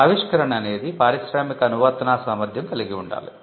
ఆవిష్కరణ అనేది పారిశ్రామిక అనువర్తనా సామర్ధ్యం కలిగి ఉండాలి